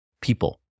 people